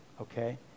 okay